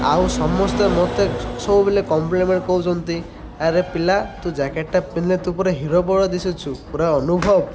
ଆଉ ସମସ୍ତେ ମୋତେ ସବୁବେଳେ କମ୍ପ୍ଲିମେଣ୍ଟ୍ କରୁଛନ୍ତି ଆରେ ପିଲା ତୁ ଜ୍ୟାକେଟ୍ଟା ପିନ୍ଧିଲେ ତୁ ପୁରା ହିରୋ ପରା ଦିଶୁଛୁ ପୁରା ଅନୁଭବ